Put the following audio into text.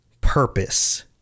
purpose